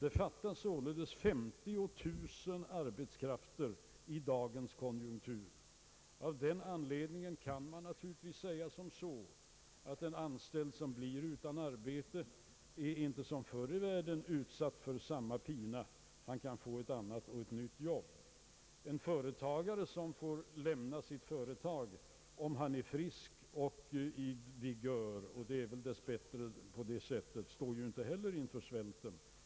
Det fattas sålunda 50000 människor för dessa arbeten i dagens konjunkturläge. Man kan av den anledningen naturligtvis säga att den som blir utan arbete inte som förr i världen är utsatt för pina, utan han kan få ett annat arbete. En företagare som får lämna sitt företag — om han är frisk och vid god vigör, vilket man väl får förmoda att han är — behöver inte heller svälta.